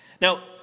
Now